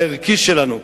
הערכי שלנו,